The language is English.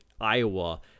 iowa